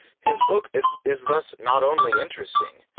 his book is is thus not only interesting,